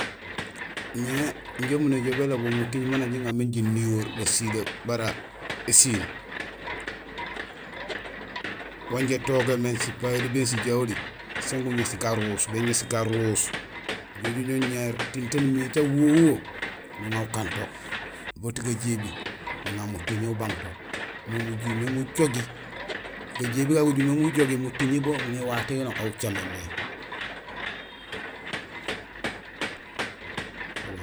Ñé injé umu néjool belobul muting man nak jiŋamé niwoor basilé bara ésiil. Wan injé itogin sipayoli sén sijaholi, sin guŋééq garuus; béŋéés garuus nujoow ujo ñoow tiin taan umimé ta wuho wuho; nuŋa ukanto boot gajébi; nuŋa mutiŋi ubang to, mo mujumé mujogi; gajébi gagu gujumé gujogi mutiŋi bon néwato yan aw ucaméén mé.